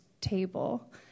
table